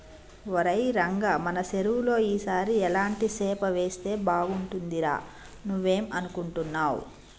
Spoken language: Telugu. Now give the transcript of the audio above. ఒరై రంగ మన సెరువులో ఈ సారి ఎలాంటి సేప వేస్తే బాగుంటుందిరా నువ్వేం అనుకుంటున్నావ్